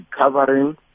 covering